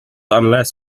unless